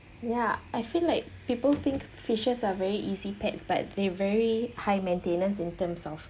ya I feel like people think fishes are very easy pets but they very high maintenance in terms of